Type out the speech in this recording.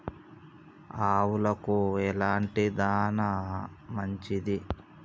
ఆవులకు ఎలాంటి దాణా మంచిది?